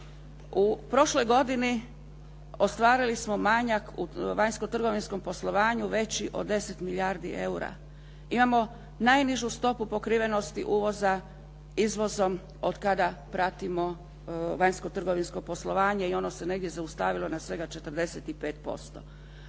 U prošloj godini ostvarili smo manjak u vanjsko-trgovinskom poslovanju veći od 10 milijardi eura, imamo najnižu stopu pokrivenosti uvoza izvozom otkada pratimo vanjsko-trgovinsko poslovanje i ono se negdje zaustavilo na svega 45%